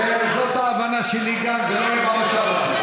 זאת ההבנה שלי גם, זה לא יהיה במושב הזה.